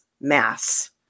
Mass